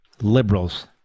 liberals